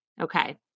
Okay